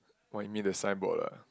what you mean the signboard ah